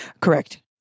Correct